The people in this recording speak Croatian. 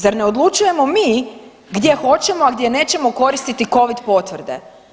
Zar ne odlučujemo mi gdje hoćemo, a gdje nećemo koristiti covid potvrde?